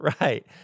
Right